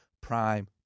prime